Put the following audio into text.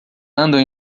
andam